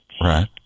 Right